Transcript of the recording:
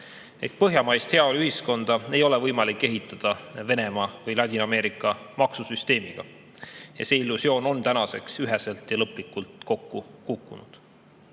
Põhjamaist heaoluühiskonda ei ole võimalik ehitada Venemaa või Ladina-Ameerika maksusüsteemiga. Ja see illusioon on tänaseks üheselt ja lõplikult kokku kukkunud.